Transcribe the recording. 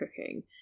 cooking